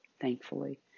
thankfully